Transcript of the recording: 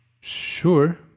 sure